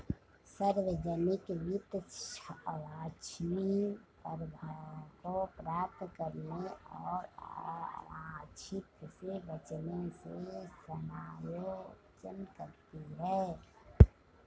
सार्वजनिक वित्त वांछनीय प्रभावों को प्राप्त करने और अवांछित से बचने से समायोजन करती है